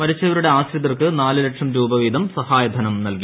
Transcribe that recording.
മരിച്ചവരുടെ ആശ്രിതർക്ക് നാല് ലക്ഷം രൂപ വീതം സഹായ ധനം നൽകി